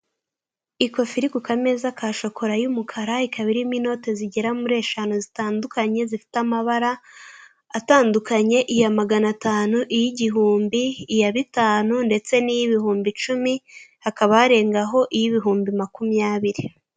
Ikofi iri ku kameza ka shokora y'umukara, ikaba irimo inoti zigera muri eshanu zitandukanye zifite amabara atandukanye iya magana tanu, iy'igihumbi, iya bitanu, ndetse n'iy'ibihumbi icumi hakaba harengaho iy'ibihumbi makumyabiri.